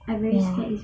!wah!